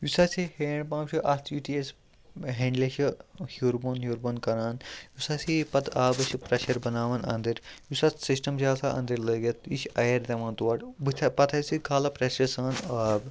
یُس ہسا یہِ ہینٛڈ پَمپ چھُ اَتھ یُتھے أسۍ ہینٛڈلہِ چھِ ہیٚور بوٚن ہیٚور بوٚن کَران یُس ہَسا یہِ پَتہٕ آبَس چھِ پریشَر بَناوان اَنٛدٕرۍ یُس اَتھ سِسٹَم چھُ آسان أنٛدرۍ لٲگِتھ یہِ چھِ اَیَر دِوان تورٕ بٕتھ پَتہٕ ہَس یہِ کھالہٕ پریشرٕ سان آب